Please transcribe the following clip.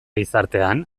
gizartean